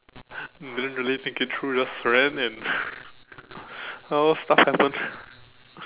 didn't really think it through just ran and well stuff happens